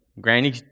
Granny